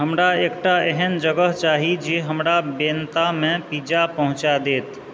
हमरा एकटा एहन जगह चाही जे हमरा बेंतामे पिज्जा पहुँचा देत